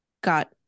got